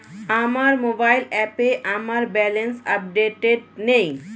আমার মোবাইল অ্যাপে আমার ব্যালেন্স আপডেটেড নেই